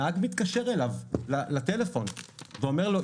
הנהג מתקשר אליו לטלפון ואומר לו,